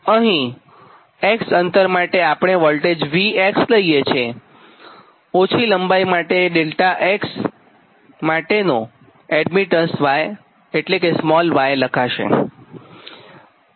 તો અહીં X અંતર માટે આપણે વોલ્ટેજ V લઈએ છીએ ઓછી લંબાઇ ∆x માટેનું એડમીટન્સ y લખાશે